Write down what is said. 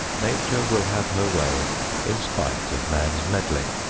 nature will have her way in spite of man's meddling.